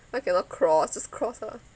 why cannot cross just cross ah